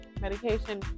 Medication